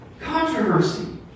Controversy